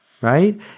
right